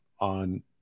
on